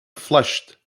flushed